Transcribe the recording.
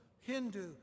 Hindu